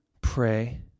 Pray